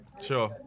Sure